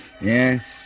Yes